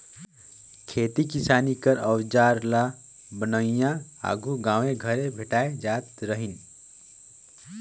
खेती किसानी कर अउजार ल बनोइया आघु गाँवे घरे भेटाए जात रहिन